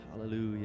Hallelujah